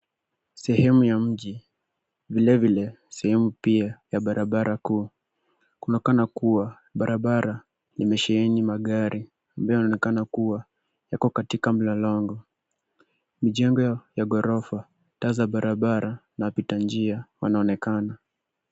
Sehemu ya mji vilevile sehemu pia ya barabara kuu kunaonekana kuwa barabara imesheheni magari inayoonekana kuwa yako katika mlolongo. Mijengo ya ghorofa, taa za barabara na pita njia wanaonekana.